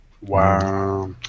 Wow